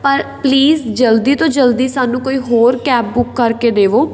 ਪਰ ਪਲੀਜ਼ ਜਲਦੀ ਤੋਂ ਜਲਦੀ ਸਾਨੂੰ ਕੋਈ ਹੋਰ ਕੈਬ ਬੁੱਕ ਕਰਕੇ ਦੇਵੋ